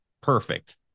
perfect